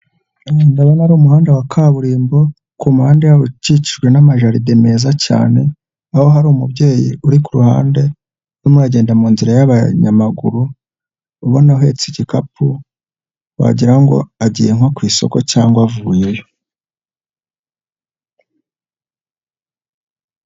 Ndabona ari umuhanda wa kaburimbo, ku mpande ukikijwe n'amajaride meza cyane, aho hari umubyeyi uri ku ruhande, urimo uragenda mu nzira y'abanyamaguru, ubona uhetse igikapu wagira ngo agiye nko ku isoko cyangwa avuyeyo.